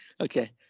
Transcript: Okay